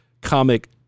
comic